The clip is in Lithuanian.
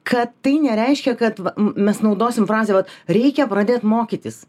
kad tai nereiškia kad va mes naudosim frazę vat reikia pradėt mokytis